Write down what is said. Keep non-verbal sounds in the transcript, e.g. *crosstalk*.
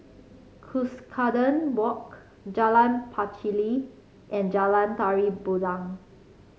Cuscaden Walk Jalan Pacheli and Jalan Tari *unintelligible*